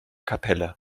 kapelle